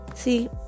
See